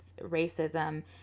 racism